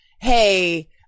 hey